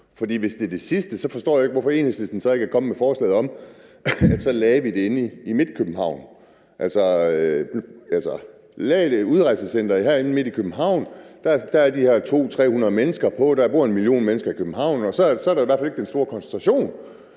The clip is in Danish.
hvis det er det sidste, forstår jeg ikke, hvorfor Enhedslisten så ikke er kommet med et forslag om, at vi lægger et udrejsecenter herinde midt inde i København. Der kan bo de her 200-300 mennesker, og der bor et million mennesker i København, og så er der i hvert fald ikke den store koncentration.